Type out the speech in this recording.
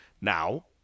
Now